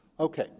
Okay